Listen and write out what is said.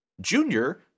Junior